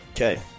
Okay